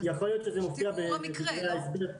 יש תיאור המקרה, לא?